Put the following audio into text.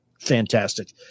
Fantastic